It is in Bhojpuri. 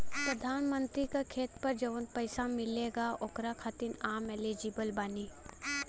प्रधानमंत्री का खेत पर जवन पैसा मिलेगा ओकरा खातिन आम एलिजिबल बानी?